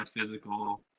physical